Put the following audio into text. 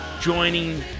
Joining